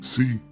See